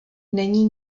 není